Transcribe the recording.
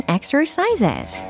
Exercises